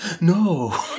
no